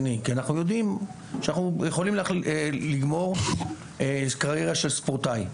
אנחנו יודעים שאנחנו יכולים לגמור קריירה של ספורטאי.